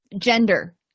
Gender